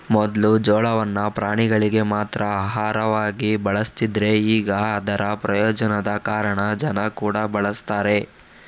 ಮೊದ್ಲು ಜೋಳವನ್ನ ಪ್ರಾಣಿಗಳಿಗೆ ಮಾತ್ರ ಆಹಾರವಾಗಿ ಬಳಸ್ತಿದ್ರೆ ಈಗ ಅದರ ಪ್ರಯೋಜನದ ಕಾರಣ ಜನ ಕೂಡಾ ಬಳಸ್ತಾರೆ